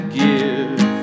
give